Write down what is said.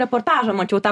reportažą mačiau tą